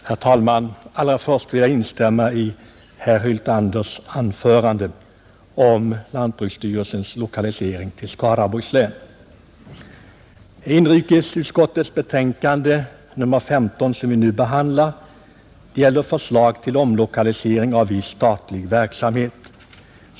Herr talman! Alla först vill jag instämma i herr Hyltanders anförande om lanbruksstyrelsens lokalisering till Skaraborgs län. Inrikesutskottets betänkande nr 15, som vi nu behandlar, gäller förslag till omlokalisering av viss statlig verksamhet.